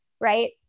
right